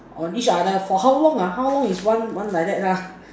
on each other for how long ah how long is one one like that lah